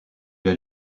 est